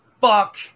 fuck